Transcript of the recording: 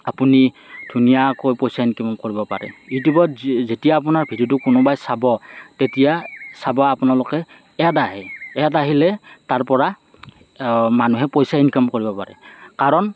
আপুনি ধুনীয়াকৈ পইচা ইনকাম কৰিব পাৰে ইউটিউবত যে যেতিয়া আপোনাৰ ভিডিঅ'টো কোনোবাই চাব তেতিয়া চাব আপোনালোকে এড আহে এড আহিলে তাৰপৰা মানুহে পইচা ইনকাম কৰিব পাৰে কাৰণ